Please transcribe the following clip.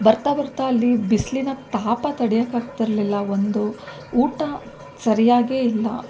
ಬರ್ತಾ ಬರ್ತಾ ಅಲ್ಲಿ ಬಿಸಿಲಿನ ತಾಪ ತಡೆಯೋಕ್ಕಾಗ್ತಿರ್ಲಿಲ್ಲ ಒಂದು ಊಟ ಸರಿಯಾಗಿಯೇ ಇಲ್ಲ